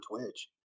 Twitch